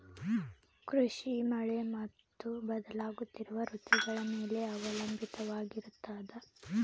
ಕೃಷಿ ಮಳೆ ಮತ್ತು ಬದಲಾಗುತ್ತಿರುವ ಋತುಗಳ ಮೇಲೆ ಅವಲಂಬಿತವಾಗಿರತದ